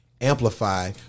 Amplify